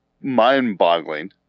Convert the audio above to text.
mind-boggling